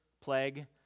plague